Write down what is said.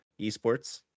esports